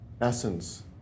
essence